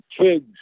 kids